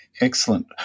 Excellent